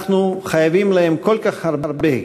אנחנו חייבים להם כל כך הרבה,